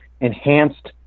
enhanced